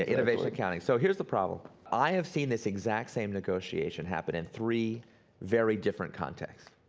ah innovative accounting. so here's the problem, i have seen this exact same negotiation happen in three very different contexts.